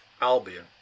Albion